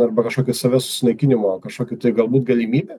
arba kažkokį save susinaikinimo kažkokį tai galbūt galimybę